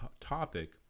topic